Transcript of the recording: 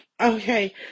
Okay